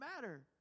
matter